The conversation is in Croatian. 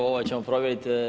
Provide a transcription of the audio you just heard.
Ovo ćemo provjeriti.